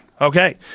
okay